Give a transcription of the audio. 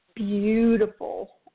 beautiful